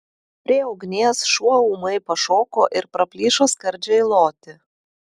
prie ugnies šuo ūmai pašoko ir praplyšo skardžiai loti